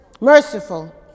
Merciful